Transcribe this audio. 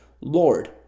Lord